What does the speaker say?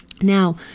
Now